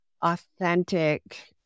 authentic